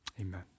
Amen